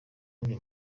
wundi